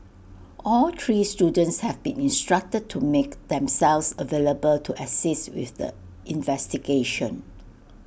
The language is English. all three students have been instructed to make themselves available to assist with the investigation